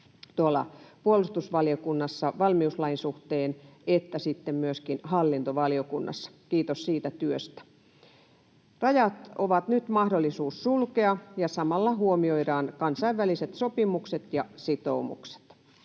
sekä puolustusvaliokunnassa valmiuslain suhteen että myöskin hallintovaliokunnassa. Kiitos siitä työstä. Rajat on nyt mahdollista sulkea, ja samalla huomioidaan kansainväliset sopimukset ja sitoumukset.